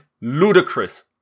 ludicrous